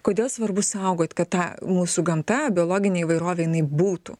kodėl svarbu saugot kad ta mūsų gamta biologinė įvairovė jinai būtų